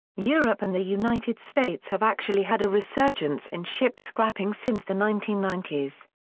europe and the united states have actually had a resurgence in ship scrapping since the nineteen ninety s.